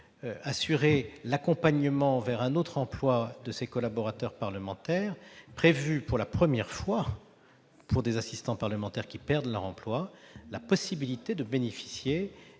assurer l'accompagnement vers un autre emploi, nous avons prévu, et c'est la première fois pour des assistants parlementaires qui perdent leur emploi, la possibilité de bénéficier